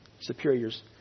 superiors